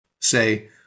Say